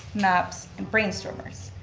maps and brainstormers.